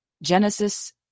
Genesis